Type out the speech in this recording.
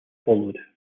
followed